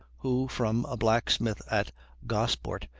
who, from a blacksmith at gosport,